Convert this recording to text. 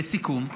לסיכום,